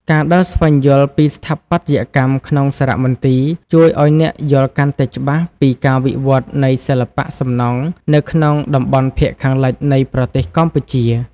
ការដើរស្វែងយល់ពីស្ថាបត្យកម្មក្នុងសារមន្ទីរ ជួយឱ្យអ្នកយល់កាន់តែច្បាស់ពីការវិវត្តនៃសិល្បៈសំណង់នៅក្នុងតំបន់ភាគខាងលិចនៃប្រទេសកម្ពុជា។